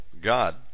God